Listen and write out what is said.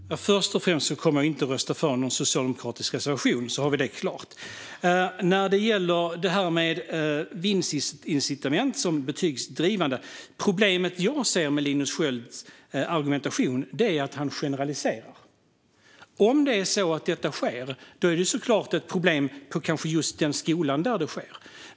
Herr talman! Först och främst: Jag kommer inte att rösta för någon socialdemokratisk reservation, så har vi det klart. Sedan gäller det om vinstincitament är betygsdrivande. Problemet som jag ser med Linus Skölds argumentation är att han generaliserar. Om det är så att detta sker är det såklart ett problem på kanske just den skolan där det sker.